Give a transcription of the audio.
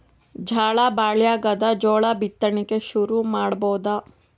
ಝಳಾ ಭಾಳಾಗ್ಯಾದ, ಜೋಳ ಬಿತ್ತಣಿಕಿ ಶುರು ಮಾಡಬೋದ?